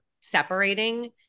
separating